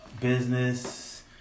business